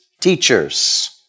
teachers